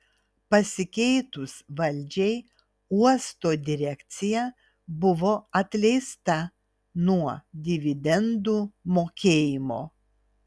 pasikeitus valdžiai uosto direkcija buvo atleista nuo dividendų mokėjimo